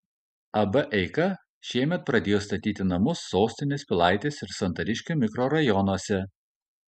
ab eika šiemet pradėjo statyti namus sostinės pilaitės ir santariškių mikrorajonuose